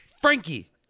Frankie